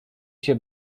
się